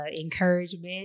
encouragement